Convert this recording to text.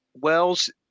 Wells